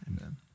Amen